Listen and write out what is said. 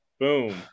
boom